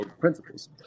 principles